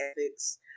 ethics